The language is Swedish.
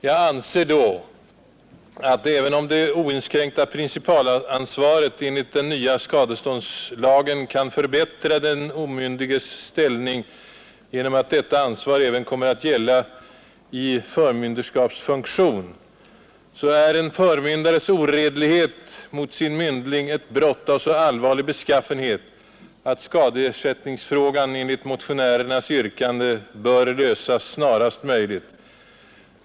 Jag anser då att även om det oinskränkta principalansvaret enligt den nya skadeståndslagen kommer att förbättra den omyndiges ställning genom att detta ansvar även kommer att gälla i förmynderskapsfunktionen, är en förmyndares oredlighet mot sin myndling ett brott av så allvarlig beskaffenhet, att ersättningsfrågan enligt motionärens yrkande bör lösas snarast möjligt.